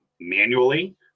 manually